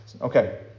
Okay